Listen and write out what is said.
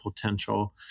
potential